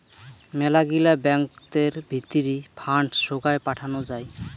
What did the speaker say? মেলাগিলা ব্যাঙ্কতের ভিতরি ফান্ড সোগায় পাঠানো যাই